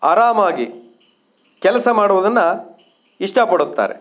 ಆರಾಮಾಗಿ ಕೆಲಸ ಮಾಡುವುದನ್ನು ಇಷ್ಟಪಡುತ್ತಾರೆ